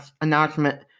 announcement